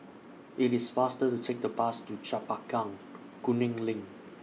IT IS faster to Take The Bus to Chempaka Kuning LINK